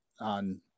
on